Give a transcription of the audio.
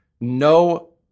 no